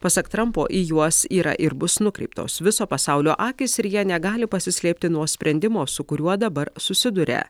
pasak trampo į juos yra ir bus nukreiptos viso pasaulio akys ir jie negali pasislėpti nuo sprendimo su kuriuo dabar susiduria